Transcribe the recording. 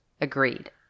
Agreed